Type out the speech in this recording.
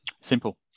Simple